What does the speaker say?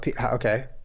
okay